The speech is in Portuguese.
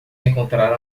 encontrar